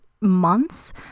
months